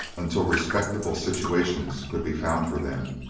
until respectable situations could be found for them,